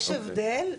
יש הבדל,